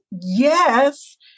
yes